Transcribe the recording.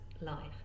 life